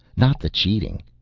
not the cheating.